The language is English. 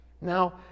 Now